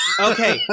Okay